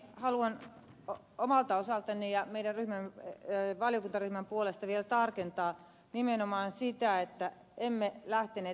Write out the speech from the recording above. haluan omalta osaltani ja meidän valiokuntaryhmän puolesta vielä tarkentaa nimenomaan sitä että emme lähteneet ed